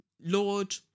Lord